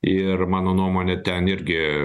ir mano nuomone ten irgi